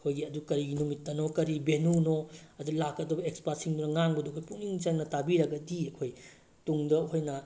ꯑꯩꯈꯣꯏꯒꯤ ꯑꯗꯨ ꯀꯔꯤ ꯅꯨꯃꯤꯠꯇꯅꯣ ꯀꯔꯤ ꯚꯦꯅꯨꯅꯣ ꯑꯗ ꯂꯥꯛꯀꯗꯕ ꯑꯦꯛꯁꯄꯥꯔꯠꯁꯤꯡꯗꯨꯅ ꯉꯥꯡꯕꯗꯣ ꯑꯩꯈꯣꯏ ꯄꯨꯛꯅꯤꯡ ꯆꯪꯅ ꯇꯥꯕꯤꯔꯒꯗꯤ ꯑꯩꯈꯣꯏ ꯇꯨꯡꯗ ꯑꯩꯈꯣꯏꯅ